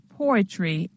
poetry